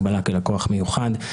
הגבלה כלקוח מיוחד,